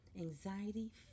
anxiety